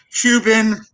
Cuban